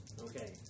Okay